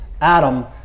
Adam